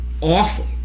awful